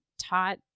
taught